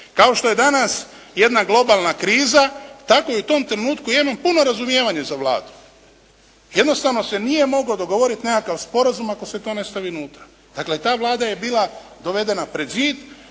kao što je danas jedna globalna kriza tako i u tom trenutku ja imam puno razumijevanje za Vladu. Jednostavno se nije moglo dogovoriti nekakav sporazum ako se to ne stavi unutra. Dakle ta Vlada je bila dovedena pred zid